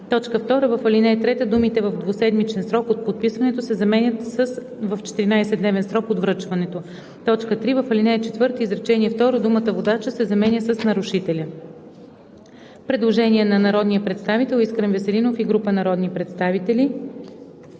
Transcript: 2. В ал. 3 думите „В двуседмичен срок от подписването“ се заменят с „В 14-дневен срок от връчването“. 3. В ал. 4, изречение второ думата „водача“ се заменя с „нарушителя“.“ Предложение на народния представител Искрен Веселинов и група народни представители: